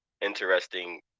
interesting